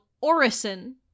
Orison